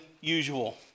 usual